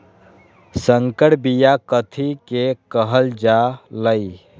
संकर बिया कथि के कहल जा लई?